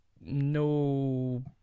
no